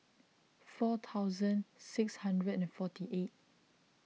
four thousand six hundred and forty eight